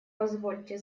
позвольте